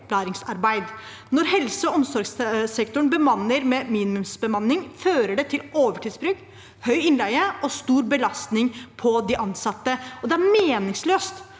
Når helse- og omsorgssektoren bemanner med minimumsbemanning, fører det til overtidsbruk, høy grad av innleie og stor belastning på de ansatte. Det er meningsløst